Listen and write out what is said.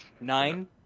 nine